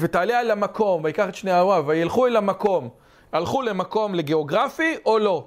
ותעלה על המקום, ויקח את שני נעריו והלכו אל המקום. הלכו למקום לגיאוגרפי או לא?